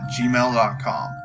gmail.com